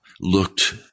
looked